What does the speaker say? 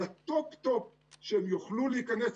לטופ טופ שהם יוכלו להיכנס.